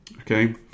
Okay